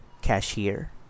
cashier